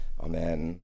Amen